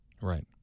Right